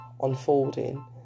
unfolding